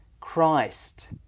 Christ